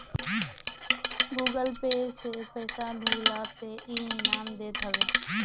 Google pay से पईसा भेजला पे इ इनाम भी देत हवे